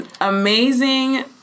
amazing